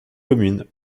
commune